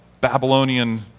Babylonian